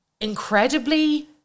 incredibly